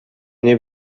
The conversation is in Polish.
nie